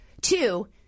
Two